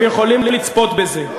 הם יכולים לצפות בזה.